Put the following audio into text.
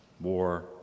war